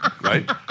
right